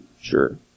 sure